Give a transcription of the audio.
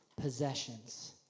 possessions